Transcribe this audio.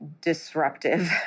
disruptive